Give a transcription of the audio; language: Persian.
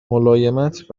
ملایمت